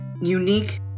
unique